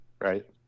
right